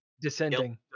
descending